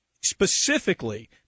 specifically